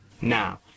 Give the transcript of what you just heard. Now